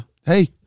hey